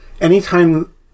anytime